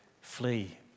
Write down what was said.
flee